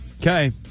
Okay